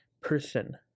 person